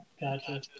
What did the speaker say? Gotcha